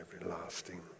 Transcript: everlasting